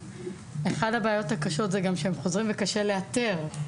אחת הבעיות הקשות היא שהם חוזרים וקשה לאתר.